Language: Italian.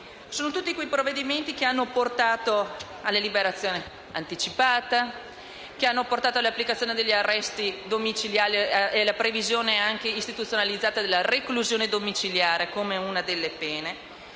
osteggiato; quei provvedimenti che hanno portato alla liberazione anticipata, all'applicazione degli arresti domiciliari e alla previsione istituzionalizzata della reclusione domiciliare come una delle pene.